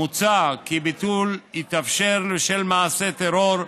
מוצע כי ביטול יתאפשר בשל מעשה טרור,